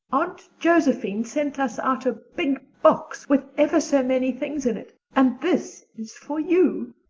aunt josephine sent us out a big box with ever so many things in it and this is for you.